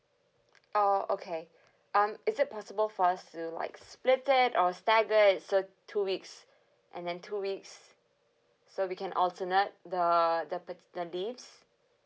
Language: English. oh okay um is it possible for us to like split it or stagger it so two weeks and then two weeks so we can alternate the err the pat~ the leaves